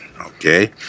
Okay